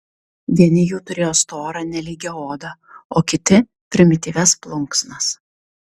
vieni jų turėjo storą nelygią odą o kiti primityvias plunksnas